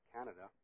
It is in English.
Canada